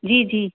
जी जी